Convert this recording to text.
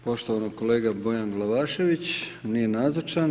Poštovani kolea Bojan Glavašević, nije nazočan.